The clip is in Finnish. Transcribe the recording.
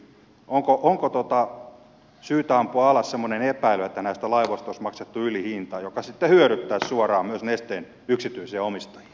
onko syytä ampua alas semmoinen epäily että näistä laivoista olisi maksettu ylihinta joka sitten hyödyttäisi suoraan myös nesteen yksityisiä omistajia